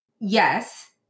Yes